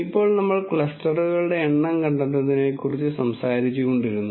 ഇപ്പോൾ നമ്മൾ ക്ലസ്റ്ററുകളുടെ എണ്ണം കണ്ടെത്തുന്നതിനെക്കുറിച്ച് സംസാരിച്ചുകൊണ്ടിരുന്നു